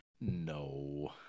no